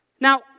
Now